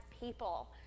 people